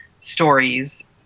stories